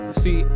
see